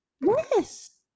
Yes